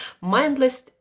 Mindless